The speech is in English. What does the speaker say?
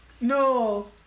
No